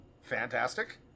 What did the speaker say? Fantastic